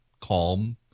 calm